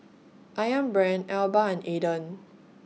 Ayam Brand Alba and Aden